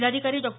जिल्हाधिकारी डॉ